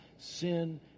sin